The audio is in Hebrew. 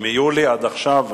מיולי עד עכשיו,